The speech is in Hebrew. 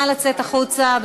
נא לצאת החוצה.